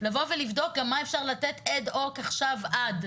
לבוא לבדוק גם מה אפשר לתת אד-הוק עכשיו עד.